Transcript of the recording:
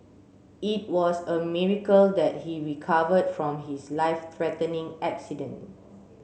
it was a miracle that he recovered from his life threatening accident